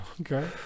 Okay